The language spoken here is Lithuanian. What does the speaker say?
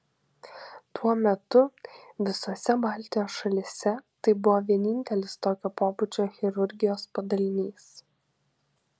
tuo metu visose baltijos šalyse tai buvo vienintelis tokio pobūdžio chirurgijos padalinys